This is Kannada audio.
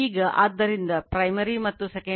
ಈಗ ಆದ್ದರಿಂದ primary ಕರೆಂಟ್ ಆಗಿದೆ